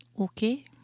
Okay